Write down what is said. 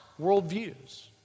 worldviews